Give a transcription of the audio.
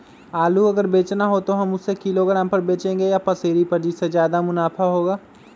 आलू अगर बेचना हो तो हम उससे किलोग्राम पर बचेंगे या पसेरी पर जिससे ज्यादा मुनाफा होगा?